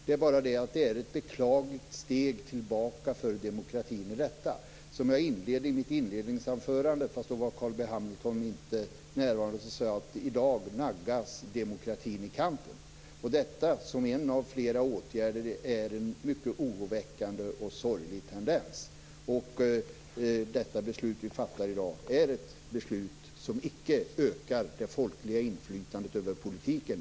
Det är bara det att det finns ett beklagligt steg tillbaka för demokratin i detta. Som jag sade i mitt inledningsanförande, fast då var Carl B Hamilton inte närvarande, naggas i dag demokratin i kanten. Detta är en av flera åtgärder som är en del av en mycket oroväckande och sorglig tendens. Det beslut som vi fattar i dag är ett beslut som icke ökar det folkliga inflytandet över politiken.